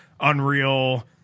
unreal